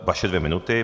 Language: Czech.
Vaše dvě minuty.